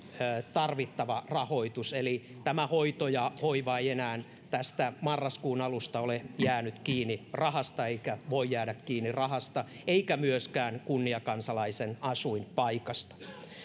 tarvittava rahoitus eli hoito ja hoiva eivät enää marraskuun alusta ole jääneet kiinni rahasta eivätkä voi jäädä kiinni rahasta eivätkä myöskään kunniakansalaisen asuinpaikasta